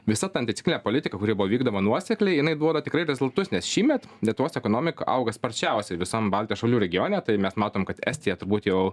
visa ta anticiklinė politika kuri buvo vykdoma nuosekliai jinai duoda tikrai rezultus nes šįmet lietuvos ekonomika auga sparčiausiai visam baltijos šalių regione tai mes matom kad estija turbūt jau